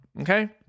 Okay